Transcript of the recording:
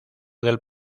del